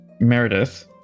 Meredith